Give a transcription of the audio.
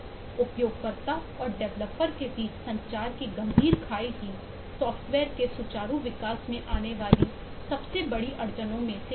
उपयोगकर्ता और डेवलपर के बीच संचार की गंभीर खाई ही सॉफ्टवेयर के सुचारू विकास में आने वाली सबसे बड़ी अड़चनों में से एक है